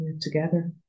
together